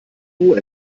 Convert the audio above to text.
roh